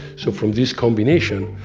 so from this combination,